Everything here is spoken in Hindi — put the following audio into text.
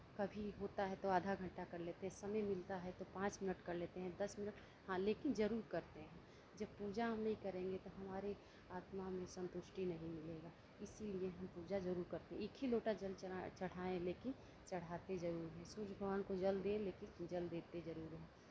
कभी होता है तो आधा घंटा कर लेते हैं समय मिलता है तो पाँच मिनट कर लेते हैं दस मिनट हाँ लेकिन जरूर करते हैं जब पूजा हम नहीं करेंगे तो हमारे आत्मा में संतुष्टि नहीं मिलेगा इसीलिए हम पूजा जरूर करते हैं एक ही लोटा जल चढ़ाएँ चढ़ाएँ लेकिन चढ़ाते जरूर हैं सुर्य भगवान को जल दिये लेकिन जल देते जरूर हैं